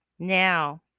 Now